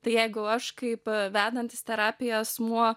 tai jeigu aš kaip vedantis terapiją asmuo